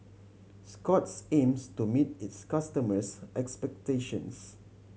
Scott's aims to meet its customers' expectations